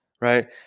right